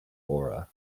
aura